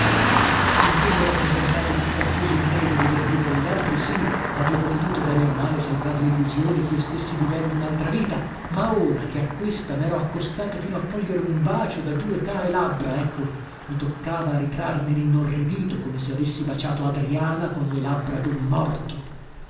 vita finché mero contentato di star chiuso in me e di veder vivere gli altri sì avevo potuto bene o male salvar lillusione chio stessi vivendo unaltra vita ma ora che a questa mero accostato fino a cogliere un bacio da due care labbra ecco mi toccava a ritrarmene inorridito come se avessi baciato adriana con le labbra dun morto